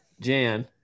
Jan